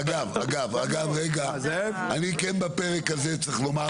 אגב, בפרק הזה צריך לומר